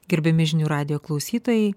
gerbiami žinių radijo klausytojai